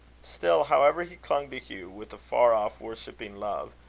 still, however, he clung to hugh with a far-off, worshipping love,